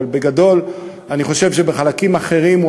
אבל בגדול אני חושב שבחלקים אחרים הוא